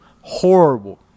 horrible